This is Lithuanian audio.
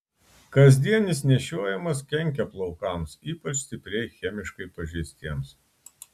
kasdienis nešiojimas kenkia plaukams ypač stipriai chemiškai pažeistiems